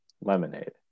Lemonade